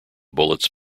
bullets